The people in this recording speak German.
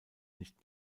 nicht